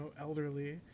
elderly